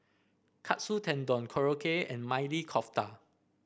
Katsu Tendon Korokke and Maili Kofta